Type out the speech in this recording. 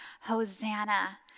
Hosanna